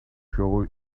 show